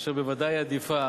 אשר בוודאי היא עדיפה